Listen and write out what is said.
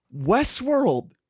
Westworld